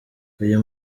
uyu